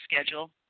schedule